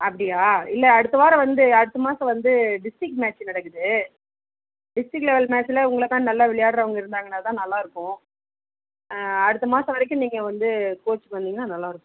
அப்படியா இல்லை அடுத்த வாரம் வந்து அடுத்த மாதம் வந்து டிஸ்ட்ரிக் மேட்ச் நடக்குது டிஸ்ட்ரிக் லெவல் மேட்ச்சில் உங்களை தான் நல்லா விளையாடுறவங்க இருந்தாங்கனால் தான் நல்லா இருக்கும் அடுத்த மாதம் வரைக்கும் நீங்கள் வந்து கோச்சுக்கு வந்தீங்கனால் நல்லா இருக்கும்